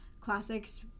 classics